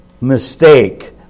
mistake